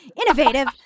Innovative